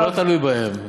זה לא תלוי בהם.